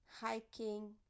hiking